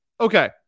Okay